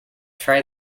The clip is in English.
try